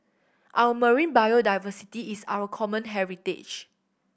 our marine biodiversity is our common heritage